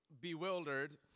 bewildered